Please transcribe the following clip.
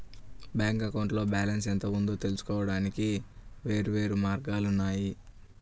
bank అకౌంట్లో balance ఎంత ఉందో తెలుసుకోవడానికి వేర్వేరు మార్గాలు ఉన్నాయి